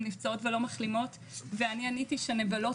הם נפצעות ולא מחלימות ואני עניתי שנבלות